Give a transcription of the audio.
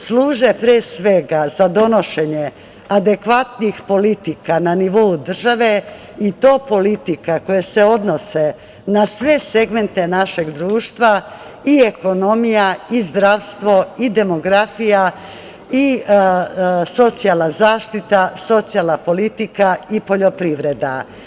Služe pre svega, za donošenje adekvatnih politika, na nivou države i to politika koje se odnose na sve segmente našeg društva i ekonomija i zdravstvo i demografija, socijalna zaštita, socijalna politika i poljoprivreda.